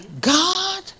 God